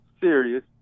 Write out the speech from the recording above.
serious